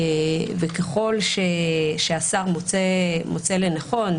וככל שהשר מוצא לנכון,